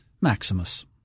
Maximus